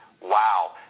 Wow